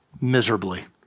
miserably